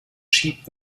sheep